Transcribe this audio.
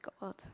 God